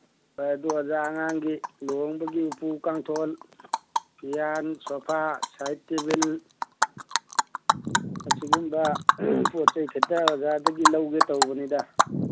ꯍꯣꯏ ꯑꯗꯨ ꯑꯣꯖꯥ ꯑꯉꯥꯡꯒꯤ ꯂꯨꯍꯣꯡꯕꯒꯤ ꯎꯄꯨ ꯀꯥꯡꯊꯣꯜ ꯐꯤꯌꯥꯟ ꯁꯣꯐꯥ ꯁꯥꯏꯠ ꯇꯦꯕꯤꯜ ꯑꯁꯤꯒꯨꯝꯕ ꯄꯣꯠ ꯆꯩ ꯈꯤꯇ ꯑꯣꯖꯥꯗꯒꯤ ꯂꯧꯒꯦ ꯇꯧꯕꯅꯤꯗ